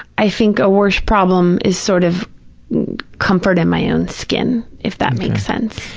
i think a worse problem is sort of comfort in my own skin, if that makes sense.